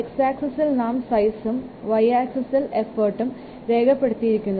X ആക്സിസിൽ നാം സൈസും Y ആക്സിസിൽ എഫോർട്ടും രേഖപ്പെടുത്തിയിരിക്കുന്നത്